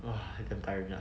!wah! damn tiring lah